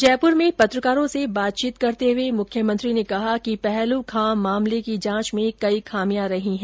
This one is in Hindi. जयपुर में पत्रकारों से बातचीत करते हुये मुख्यमंत्री ने कहा कि पहलू खान मामले कीं जांच में कई खामियां रही है